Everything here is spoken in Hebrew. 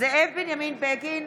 זאב בנימין בגין,